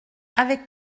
avec